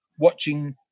watching